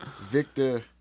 Victor